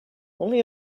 only